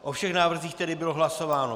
O všech návrzích tedy bylo hlasováno.